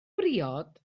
briod